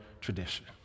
tradition